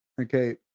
Okay